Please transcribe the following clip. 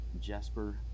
Jesper